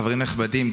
חברים נכבדים,